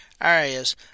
areas